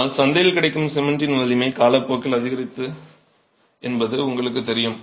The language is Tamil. ஆனால் சந்தையில் கிடைக்கும் சிமெண்டின் வலிமை காலப்போக்கில் அதிகரித்தது என்பது உங்களுக்குத் தெரியும்